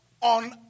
on